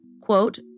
quote